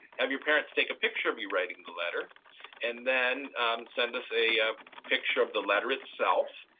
have your parents take a picture of you writing the letter and then send us a picture of the letter itself,